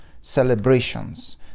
celebrations